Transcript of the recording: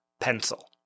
pencil